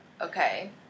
Okay